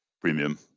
premium